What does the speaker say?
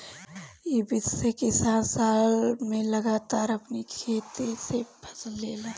इ विधि से किसान साल में लगातार अपनी खेते से फसल लेला